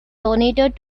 donated